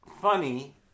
funny